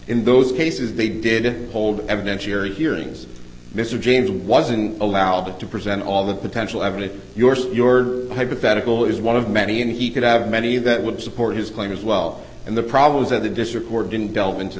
those cases they did hold evidentiary hearings mr james wasn't allowed to present all the potential evidence your so your hypothetical is one of many and he could have many that would support his claim as well and the problem is that the district court didn't delve into